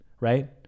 right